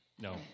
no